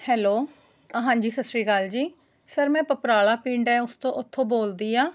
hello ਹਾਂਜੀ ਸਤਿ ਸ਼੍ਰੀ ਅਕਾਲ ਜੀ ਸਰ ਮੈਂ ਪਪਰਾਲਾ ਪਿੰਡ ਹੈ ਉਸ ਤੋਂ ਉੱਥੋਂ ਬੋਲਦੀ ਹਾਂ